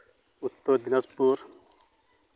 Uttar Dinajpur